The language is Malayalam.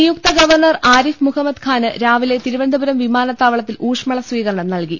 നിയുക്ത ഗവർണർ ആരിഫ് മുഹമ്മദ് ഖാന് രാവിലെ തിരുവ നന്തപുരം വിമാനത്താവളത്തിൽ ഊഷ്മള സ്വീകരണം നൽകി